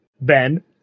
ben